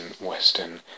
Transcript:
western